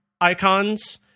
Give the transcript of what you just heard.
icons